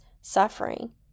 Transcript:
suffering